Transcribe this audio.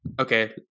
okay